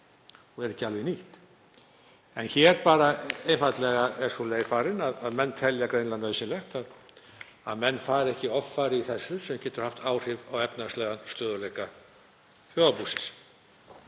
og er ekki alveg nýtt. En hér er sú leið einfaldlega farin að menn telja greinilega nauðsynlegt að menn fari ekki offari í þessu sem getur haft áhrif á efnahagslegan stöðugleika þjóðarbúsins.